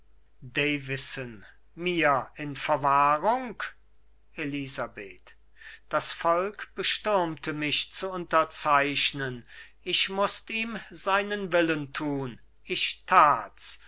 mir in verwahrung elisabeth das volk bestürmte mich zu unterzeichnen ich mußt ihm seinen willen tun ich tat's